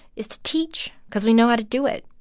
is to teach because we know how to do it.